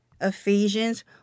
Ephesians